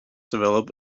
develop